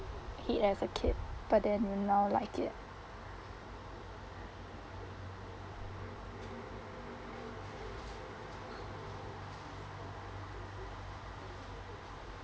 hate as a kid but then you now like it